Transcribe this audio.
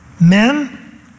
men